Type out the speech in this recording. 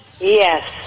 Yes